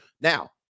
Now